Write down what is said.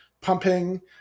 pumping